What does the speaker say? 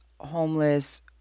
homeless